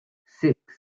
six